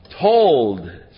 told